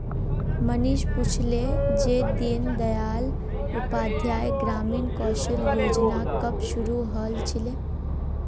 मनीष पूछले जे दीन दयाल उपाध्याय ग्रामीण कौशल योजना कब शुरू हल छिले